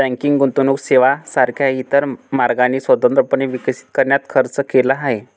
banking गुंतवणूक सेवांसारख्या इतर मार्गांनी स्वतंत्रपणे विकसित करण्यात खर्च केला आहे